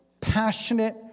passionate